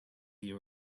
you